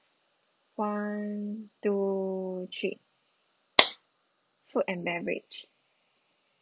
one two three food and beverage